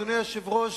אדוני היושב-ראש,